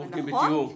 אנחנו עובדים בתיאום.